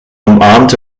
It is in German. umarmte